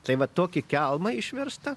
tai va tokį kelmą išverstą